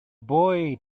boy